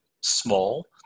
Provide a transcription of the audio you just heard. small